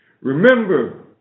Remember